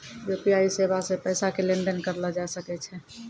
UPI सेबा से पैसा के लेन देन करलो जाय सकै छै